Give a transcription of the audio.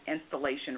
installation